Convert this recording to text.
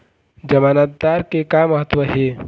जमानतदार के का महत्व हे?